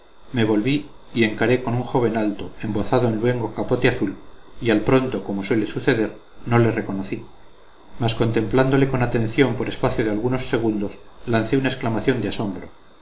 me volví y encaré con un joven alto embozado en luengo capote azul y al pronto como suele suceder no le reconocí mas contemplándole con atención por espacio de algunos segundos lancé una exclamación de asombro